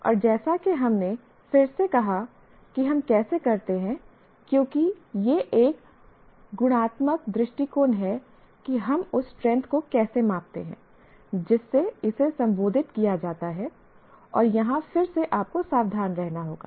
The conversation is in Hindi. और जैसा कि हमने फिर से कहा कि हम कैसे करते हैं क्योंकि यह एक गुणात्मक दृष्टिकोण है कि हम उस स्ट्रैंथ को कैसे मापते हैं जिससे इसे संबोधित किया जाता है और यहां फिर से आपको सावधान रहना होगा